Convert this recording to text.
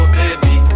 baby